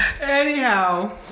anyhow